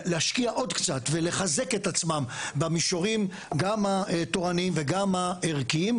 להשקיע עוד קצת ולחזק את עצמם במישורים גם התורניים וגם הערכיים,